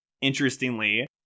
Interestingly